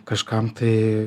kažkam tai